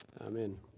Amen